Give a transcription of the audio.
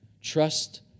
Trust